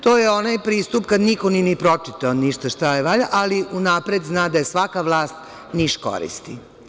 To je onaj pristup kada niko nije ni pročitao šta ne valja, ali unapred zna da je svaka vlast niš koristi.